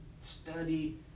Study